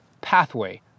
pathway